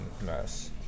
mess